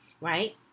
right